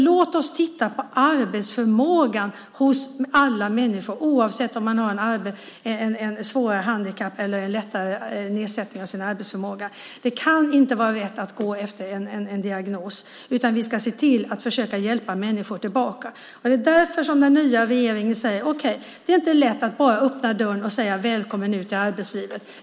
Låt oss titta på arbetsförmågan hos alla människor oavsett om de har ett svårare handikapp eller en lättare nedsättning av arbetsförmågan. Det kan inte vara rätt att gå efter en diagnos, utan vi ska försöka hjälpa människor tillbaka. Det är därför den nya regeringen säger så här: Okej! Det är inte lätt att bara öppna dörren och säga välkommen ut i arbetslivet.